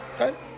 Okay